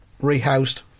rehoused